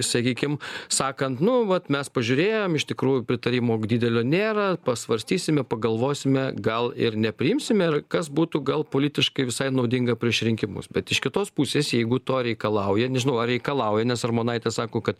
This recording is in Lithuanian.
sakykim sakant nu vat mes pažiūrėjom iš tikrųjų pritarimo didelio nėra pasvarstysime pagalvosime gal ir nepriimsime ir kas būtų gal politiškai visai naudinga prieš rinkimus bet iš kitos pusės jeigu to reikalauja nežinau ar reikalauja nes armonaitė sako kad